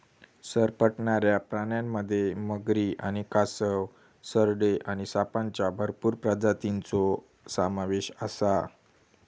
सरपटणाऱ्या प्राण्यांमध्ये मगरी आणि कासव, सरडे आणि सापांच्या भरपूर प्रजातींचो समावेश आसा